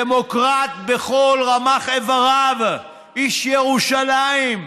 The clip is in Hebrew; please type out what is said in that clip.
דמוקרט בכל רמ"ח אבריו, איש ירושלים,